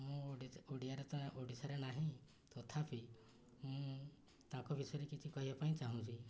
ମୁଁ ଓଡ଼ିଆରେ ତ ଓଡ଼ିଶାରେ ନାହିଁ ତଥାପି ମୁଁ ତାଙ୍କ ବିଷୟରେ କିଛି କହିବା ପାଇଁ ଚାହୁଁଛି